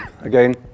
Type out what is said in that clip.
again